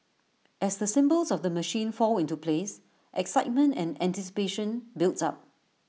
as the symbols of the machine fall into place excitement and anticipation builds up